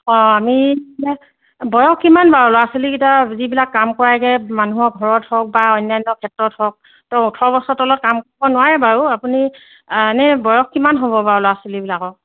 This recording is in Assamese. অঁ আমি এতিয়া বয়স কিমান বাৰু ল'ৰা ছোৱালীকেইটা যিবিলাক কাম কৰাইগৈ মানুহৰ ঘৰত হওক বা অন্যান্য ক্ষেত্ৰত হওক তো ওঠৰ বছৰৰ তলত কাম কৰিব নোৱাৰে বাৰু আপুনি এনেই বয়স কিমান হ'ব বাৰু ল'ৰা ছোৱালীবিলাকৰ